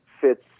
fits